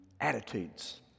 Attitudes